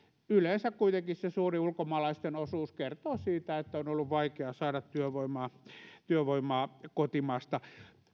yleensä kuitenkin se suuri ulkomaalaisten osuus kertoo siitä että on ollut vaikea saada työvoimaa työvoimaa kotimaasta